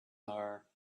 are